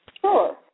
Sure